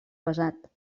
pesat